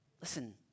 listen